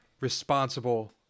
responsible